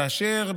כתוב